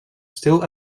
still